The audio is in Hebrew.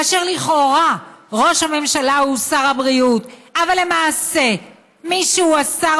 כאשר לכאורה ראש הממשלה הוא שר הבריאות אבל למעשה מי שהוא השר